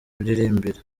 miririmbire